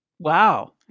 Wow